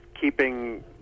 keeping